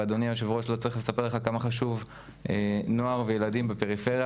ואדוני היו"ר לא צריך לספר לך כמה חשוב נוער וילדים בפריפריה